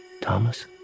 Thomas